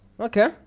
Okay